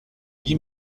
guy